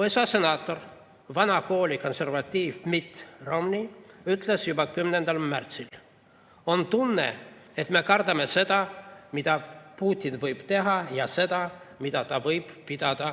USA senaator, vana kooli konservatiiv Mitt Romney ütles juba 10. märtsil: "On tunne, et me kardame seda, mida Putin võib teha, ja seda, mida ta võib pidada